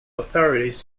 authorities